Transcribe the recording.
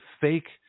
fake